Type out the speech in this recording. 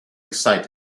excited